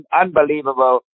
unbelievable